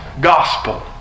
gospel